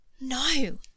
No